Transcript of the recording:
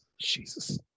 Jesus